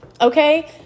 Okay